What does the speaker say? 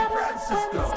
Francisco